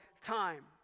time